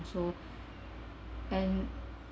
so and